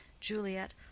juliet